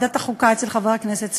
בוועדת החוקה אצל חבר הכנסת סלומינסקי,